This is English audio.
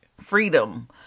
freedom